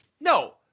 No